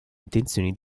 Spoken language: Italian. intenzioni